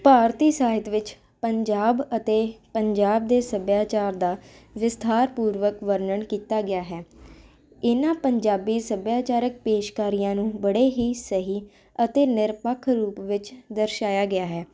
ਭਾਰਤੀ ਸਾਹਿਤ ਵਿੱਚ ਪੰਜਾਬ ਅਤੇ ਪੰਜਾਬ ਦੇ ਸੱਭਿਆਚਾਰ ਦਾ ਵਿਸਥਾਰਪੂਰਵਕ ਵਰਨਣ ਕੀਤਾ ਗਿਆ ਹੈ ਇਨ੍ਹਾਂ ਪੰਜਾਬੀ ਸੱਭਿਆਚਾਰਕ ਪੇਸ਼ਕਾਰੀਆਂ ਨੂੰ ਬੜੇ ਹੀ ਸਹੀ ਅਤੇ ਨਿਰਪੱਖ ਰੂਪ ਵਿੱਚ ਦਰਸ਼ਾਇਆ ਗਿਆ ਹੈ